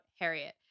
Harriet